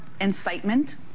incitement